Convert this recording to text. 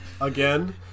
Again